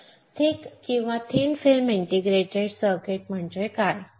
तर थिक किंवा thin film integrated circuits म्हणजे काय